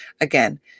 again